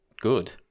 good